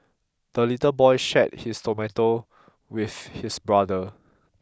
the little boy shared his tomato with his brother